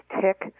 tick